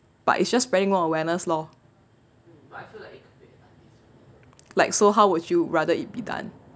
but it's just spreading more awareness lor like so how would you rather it be done